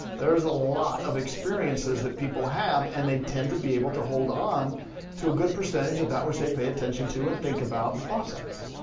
there's a lot of experiences that people have, and they tend to be able to hold on to a good percentage of that which they pay attention to and think about and process.